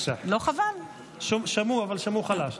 שמעו, אבל שמעו חלש.